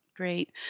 Great